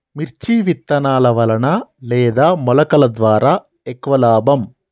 మిర్చి విత్తనాల వలన లేదా మొలకల ద్వారా ఎక్కువ లాభం?